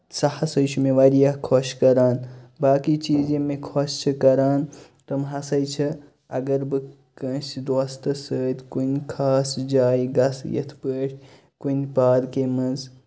سُہ ہسَے چھُ مےٚ واریاہ خۄش کران باقٕے چیٖز یِم مےٚ خۄش چھِ کران تِم ہسَے چھِ اگر بہٕ کٲنٛسہِ دوستَس سۭتۍ کُنہِ خاص جایہِ گژھٕ یِتھ پٲٹھۍ کُنہِ پارکہِ منٛز